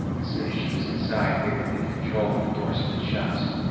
as soon as she was inside, miriam hit the control and the door slid shut.